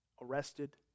Arrested